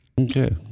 Okay